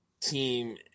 team